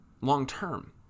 long-term